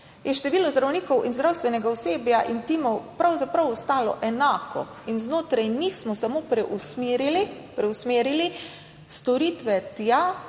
je število zdravnikov in zdravstvenega osebja in timov pravzaprav ostalo enako. In znotraj njih smo samo preusmerili,